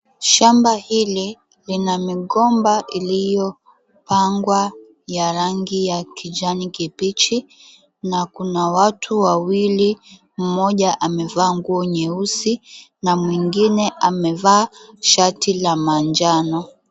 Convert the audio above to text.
Shamba hili lina migomba iliyopangwa ya rangi ya kijani kibichi na kuna watu wawili mmoja amevaa nguo nyeusi na mwengine amevaa shati la manjano.